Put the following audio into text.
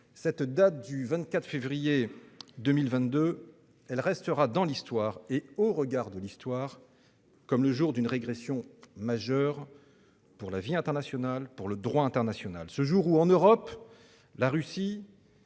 ce sens, le 24 février 2022 restera dans l'Histoire, et au regard de l'Histoire, comme le jour d'une régression majeure dans la vie internationale et le droit international. Le jour où, en Europe, la Russie